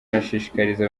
arashishikariza